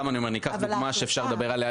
ניקח דוגמה שאפשר לדבר עליה,